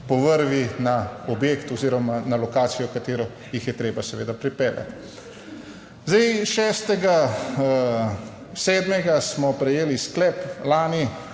po vrvi na objekt oziroma na lokacijo, v katero jih je treba seveda pripeljati. Zdaj 6. 7. smo prejeli sklep lani,